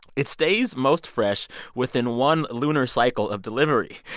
it stays most fresh within one lunar cycle of delivery.